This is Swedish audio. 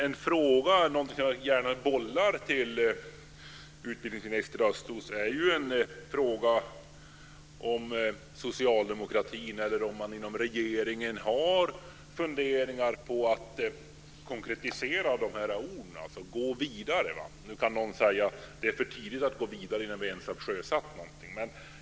En fråga som jag gärna bollar till utbildningsminister Östros är om socialdemokratin eller om man inom regeringen har funderingar på att konkretisera de här orden, att gå vidare. Nu kan någon säga att det är för tidigt att gå vidare innan man har sjösatt någonting.